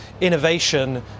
innovation